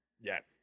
Yes